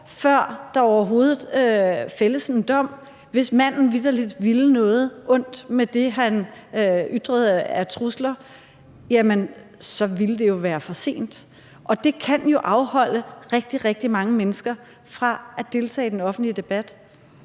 før der overhovedet fældes en dom. Hvis manden vitterlig ville noget ondt med det, han ytrede af trusler, så ville det jo være for sent. Og det kan jo afholde rigtig, rigtig mange mennesker fra at deltage i den offentlige debat.